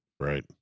Right